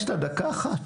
דקה אחת.